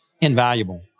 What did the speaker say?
invaluable